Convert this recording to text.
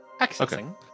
Accessing